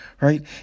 right